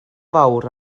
fawr